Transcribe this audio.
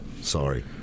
Sorry